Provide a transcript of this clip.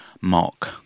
mark